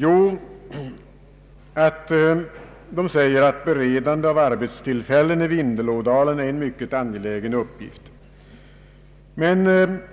Jo, de säger att beredande av arbetstillfällen i Vindelådalen är en mycket angelägen uppgift.